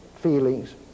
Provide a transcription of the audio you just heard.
feelings